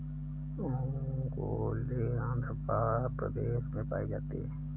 ओंगोले आंध्र प्रदेश में पाई जाती है